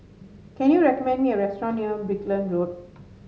can you recommend me a restaurant near Brickland Road